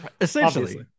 essentially